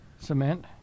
cement